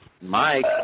Mike